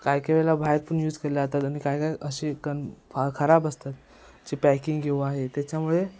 काय काय वेळेला बाहेर पण यूज केल्या जातात आणि काय काय अशी पण खराब असतात जे पॅकिंग किंवा हे त्याच्यामुळे